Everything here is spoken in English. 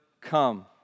come